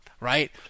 right